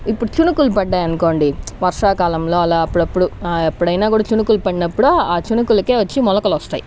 ఇప్పుడు చినుకులు పడ్డాయి అనుకోండి వర్షాకాలంలో అలా అప్పుడప్పుడు ఎప్పుడైనా చినుకులు పడినప్పుడు ఆ చినుకులకే వచ్చి మొలకలు వస్తాయి